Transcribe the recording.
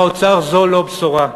זו הבשורה הגדולה?